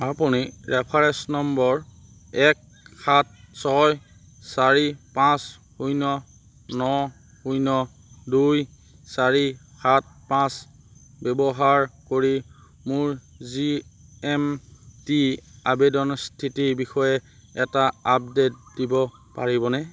আপুনি reference number এক সাত ছয় চাৰি পাঁচ শূন্য ন শূন্য দুই চাৰি সাত পাঁচ ব্যৱহাৰ কৰি মোৰ জি এম টি আবেদনৰ স্থিতিৰ বিষয়ে এটা আপডেট দিব পাৰিবনে